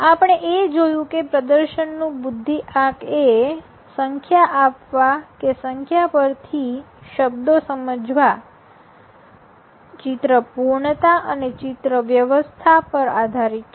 આપણે એ પણ જોયું કે પ્રદર્શનનું બુદ્ધિઆંક એ સંજ્ઞા આપવા અને સંજ્ઞા પરથી શબ્દો સમજવાડીકોડિંગ ચિત્ર પૂર્ણતા અને ચિત્ર વ્યવસ્થા પર આધારિત છે